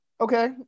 Okay